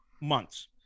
months